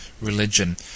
religion